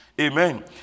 Amen